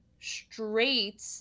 straight